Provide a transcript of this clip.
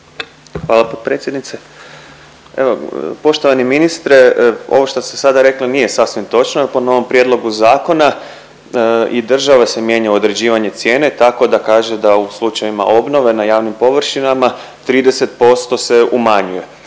Hvala potpredsjednice. Evo poštovani ministre, ovo što ste sada rekli nije sasvim točno. Po novom prijedlogu zakona i država se mijenja u određivanje cijene tako da kaže da u slučajevima obnove na javnim površinama 30% se umanjuje.